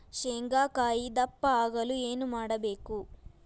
ಶೇಂಗಾಕಾಯಿ ದಪ್ಪ ಆಗಲು ಏನು ಮಾಡಬೇಕು?